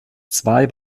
zwei